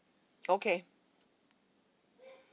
okay